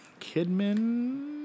Kidman